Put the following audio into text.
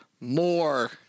more